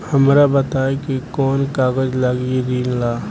हमरा बताई कि कौन कागज लागी ऋण ला?